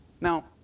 Now